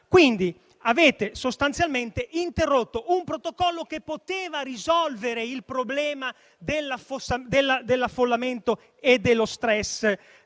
dunque sostanzialmente interrotto un protocollo che poteva risolvere il problema dell'affollamento e dello stress